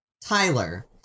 Tyler